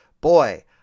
Boy